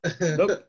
nope